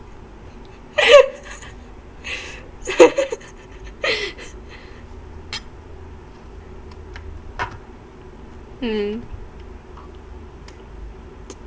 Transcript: mm